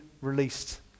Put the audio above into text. released